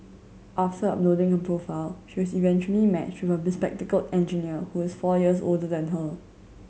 after uploading her profile she was eventually matched with a bespectacled engineer who is four years older than her